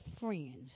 friends